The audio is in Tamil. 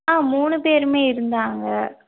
ஆ மூணு பேருமே இருந்தாங்க